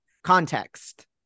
context